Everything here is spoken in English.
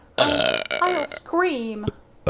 i i'll scream!